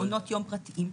מעונות יום פרטיים,